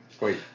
wait